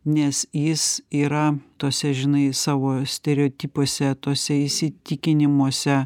nes jis yra tuose žinai savo stereotipuose tuose įsitikinimuose